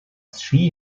she